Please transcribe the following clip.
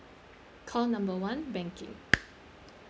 call number one banking